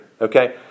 okay